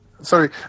Sorry